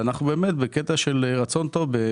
ואנחנו באמת בקטע של רצון טוב,